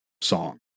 song